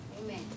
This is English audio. Amen